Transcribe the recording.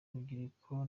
urubyiruko